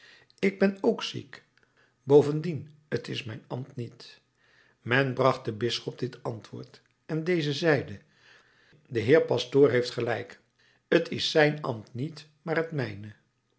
ik ben ook ziek bovendien t is mijn ambt niet men bracht den bisschop dit antwoord en deze zeide de heer pastoor heeft gelijk t is zijn ambt niet maar het mijne